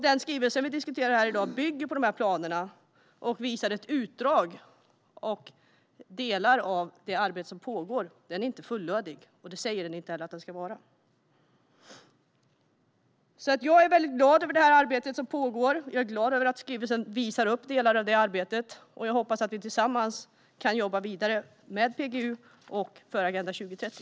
Den skrivelse vi diskuterar här i dag bygger på de här planerna och visar ett utdrag. Delar av det arbete som pågår är inte fullödiga, och det sägs inte heller att alla delar ska vara det. Jag är väldigt glad över det arbete som pågår. Jag är glad över att skrivelsen visar upp delar av det arbetet, och jag hoppas att vi tillsammans kan jobba vidare med PGU och för Agenda 2030.